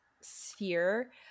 sphere